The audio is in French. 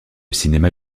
cinéma